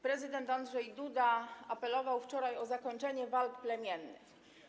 Prezydent Andrzej Duda apelował wczoraj o zakończenie walk plemiennych.